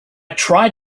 tried